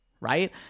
right